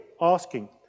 asking